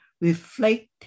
reflect